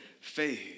fade